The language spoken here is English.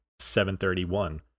731